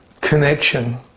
connection